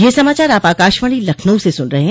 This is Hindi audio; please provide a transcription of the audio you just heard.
ब्रे क यह समाचार आप आकाशवाणी लखनऊ से सुन रहे हैं